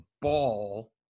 ball